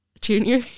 Junior